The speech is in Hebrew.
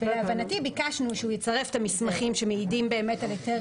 להבנתי ביקשנו שהוא יצרף את המסמכים שמעידים על היתר